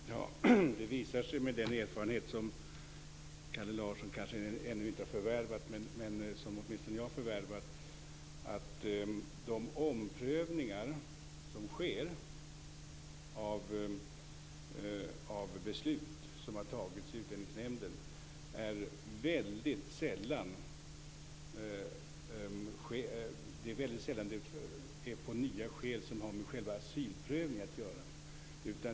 Fru talman! Det visar sig med den erfarenhet som Kalle Larsson kanske ännu inte fått men som åtminstone jag har förvärvat att de omprövningar som sker av beslut som har tagits i Utlänningsnämnden väldigt sällan görs på grund av nya skäl som har med själva asylprövningen att göra.